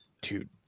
dude